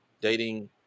dating